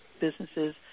businesses